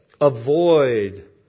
Avoid